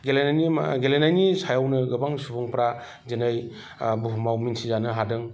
गेलेनायनि सायावनो गोबां सुबुंफ्रा दिनै बुहुमाव मिनथिजानो हादों